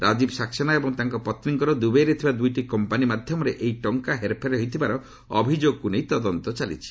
ରାଜୀବ ସାକ୍ସେନା ଏବଂ ତାଙ୍କ ପତ୍ନୀଙ୍କର ଦୁବାଇରେ ଥିବା ଦୁଇଟି କମ୍ପାନି ମାଧ୍ୟମରେ ଏହି ଟଙ୍କା ହେରଫେର ହୋଇଥିବାର ଅଭିଯୋଗକୁ ନେଇ ତଦନ୍ତ ଚାଲିଛି